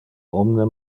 omne